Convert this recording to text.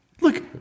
Look